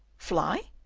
fly!